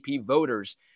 voters